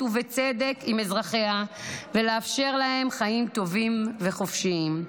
ובצדק עם אזרחיה ולאפשר להם חיים טובים וחופשיים.